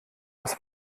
das